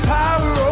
power